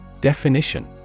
Definition